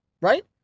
right